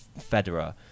Federer